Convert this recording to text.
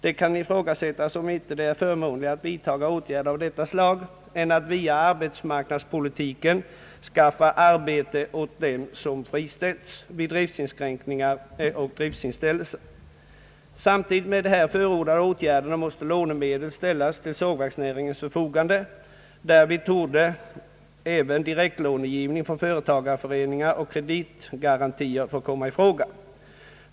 Det kan ifrågasättas, om det inte är förmånligare att vidtaga åtgärder av detta slag än att via arbetsmarknadspolitiken skaffa arbete åt dem som friställs vid driftsinskränkningar och driftsinställelser. Samtidigt med de här förordade åtgärderna måste lånemedel ställas till sågverksnäringens förfogande. Därvid torde även direktlångivning från företagarföreningarna och kreditgarantier få komma i fråga.